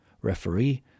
Referee